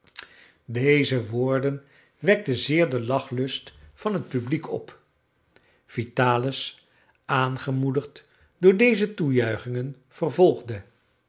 deze woorden wekten zeer den lachlust van het publiek op vitalis aangemoedigd door deze toejuichingen vervolgde